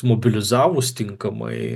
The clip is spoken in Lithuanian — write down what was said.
mobilizavus tinkamai